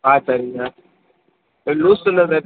ஆ சரிங்க லூசில் அது